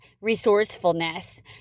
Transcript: resourcefulness